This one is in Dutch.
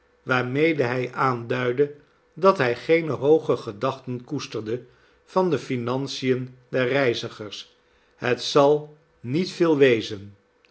waarmede hij aanduidde dat hij geene hooge gedachten koesterde van de financien der reizigers het zal niet veel wezen